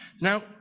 Now